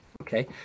okay